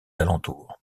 alentours